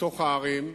בתוך הערים.